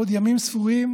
בעוד ימים ספורים,